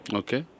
okay